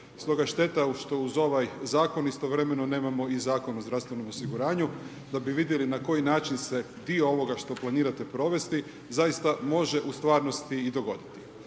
Stoga šteta što uz ovaj zakon, istovremeno nemamo i Zakon o zdravstvenom osiguranju, da bi vidjeli na koji način se, dio ovoga što planirate provesti, zaista može i u stvarnosti i dogoditi.